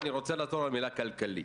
אני רוצה לעצור על המילה "כלכלי".